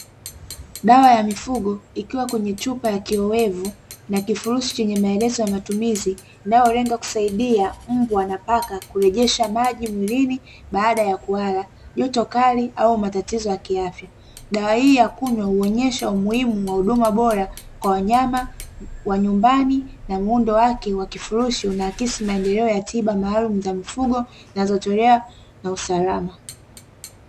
Dawa ya mifugo ikiwa kwenye chupa ya kiyowevu na kifurushi chenye maelezo ya matumizi ambayo hulenga kusaidia Mbwa na Paka kurejesha maji mwilini baada ya kuhara, joto kali au matatizo ya kiafya. Dawa hii ya kunywa huonyesha umuhimu wa huduma bora kwa wanyama wa nyumbani na muundo wake wa kifurushi unaakisi maendeleo ya tiba maalumu za mifugo zinazotolewa na usalama.